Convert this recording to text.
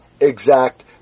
exact